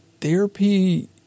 therapy